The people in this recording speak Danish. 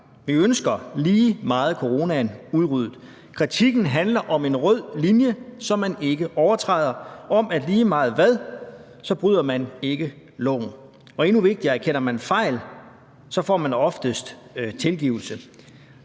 Vi ønsker lige meget coronaen udryddet. Kritikken handler om en rød linje, som man ikke overtræder, nemlig at man lige meget hvad ikke bryder loven. Og endnu vigtigere: Erkender man fejl, får man oftest tilgivelse.